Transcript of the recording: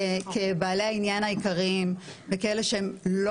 כבעלי העניין העיקריים וכאלה שהם לא